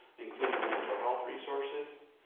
including mental health resources.